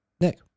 Nick